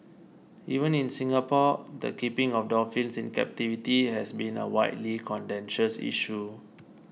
even in Singapore the keeping of dolphins in captivity has been a widely contentious issue